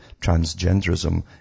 transgenderism